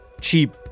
cheap